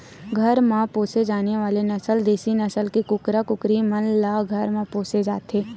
घर म पोसे जाने वाले नसल देसी नसल के कुकरा कुकरी मन ल घर म पोसे जाथे